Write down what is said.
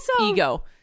ego